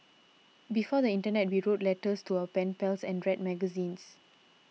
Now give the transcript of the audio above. before the internet we wrote letters to our pen pals and read magazines